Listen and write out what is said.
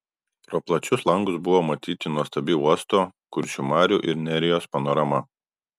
pro plačius langus buvo matyti nuostabi uosto kuršių marių ir nerijos panorama